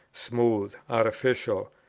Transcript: smooth, artificial,